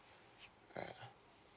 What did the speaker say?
alright ah